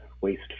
waste